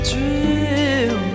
Dream